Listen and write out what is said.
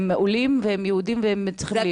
הם עולים והם יהודים והם צריכים להיות פה,